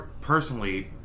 Personally